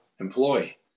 employee